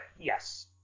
yes